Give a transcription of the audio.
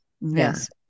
Yes